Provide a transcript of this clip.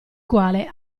quale